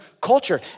culture